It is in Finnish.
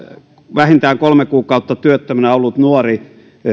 vähintään kolme kuukautta työttömänä ollut nuori